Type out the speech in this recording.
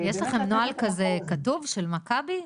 יש לכם נוהל כזה כתוב, של מכבי?